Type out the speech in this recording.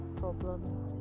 problems